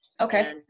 Okay